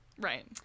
Right